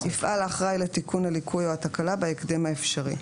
יפעל האחראי לתיקון הליקוי או התקלה בהקדם האפשרי.